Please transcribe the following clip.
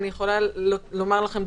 אני יכולה לומר לכם,